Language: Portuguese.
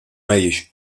meias